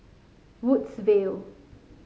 Woodsville